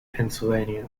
pennsylvania